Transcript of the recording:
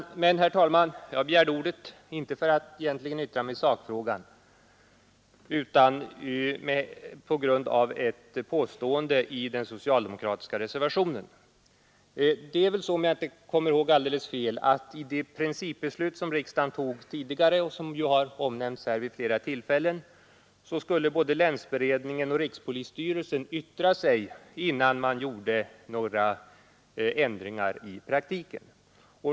Men, herr talman, jag begärde egentligen inte ordet för att yttra mig i sakfrågan, utan anledningen var ett påstående i den socialdemokratiska reservationen. Om jag inte minns fel innebar riksdagens principbeslut tidigare — alltså det beslut som omnämnts här vid flera tillfällen — att både länsberedningen och rikspolisstyrelsen skulle få yttra sig innan några förändringar företogs i praktiken.